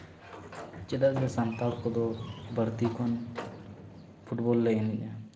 ᱪᱮᱫᱟᱜ ᱥᱮ ᱥᱟᱱᱛᱟᱲ ᱠᱚᱫᱚ ᱵᱟᱹᱲᱛᱤ ᱠᱷᱚᱱ ᱯᱷᱩᱴᱵᱚᱞ ᱞᱮ ᱮᱱᱮᱡᱼᱟ